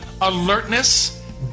alertness